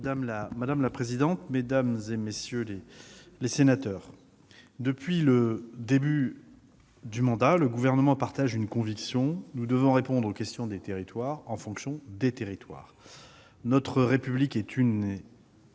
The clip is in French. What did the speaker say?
Madame la présidente, mesdames, messieurs les sénateurs, depuis le début du mandat, le Gouvernement partage une conviction : il faut répondre aux questions des territoires en fonction des territoires. Notre République est une et